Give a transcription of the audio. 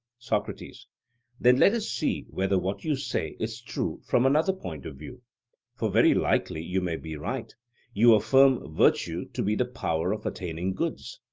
socrates then let us see whether what you say is true from another point of view for very likely you may be right you affirm virtue to be the power of attaining goods?